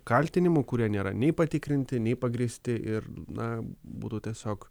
kaltinimų kurie nėra nei patikrinti nei pagrįsti ir na būtų tiesiog